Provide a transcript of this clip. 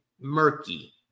murky